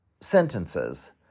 sentences